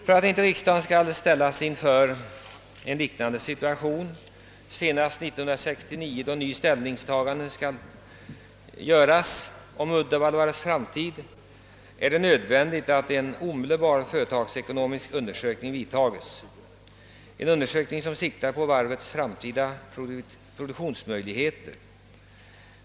För att inte riksdagen skall ställas in för en liknande situation, då nytt ställningstagande senast år 1969 skall fattas om Uddevallavarvets framtid, är det nödvändigt att en företagsekonomisk undersökning vidtas, en undersökning som tar sikte på varvets framtida produktionsmöjligheter.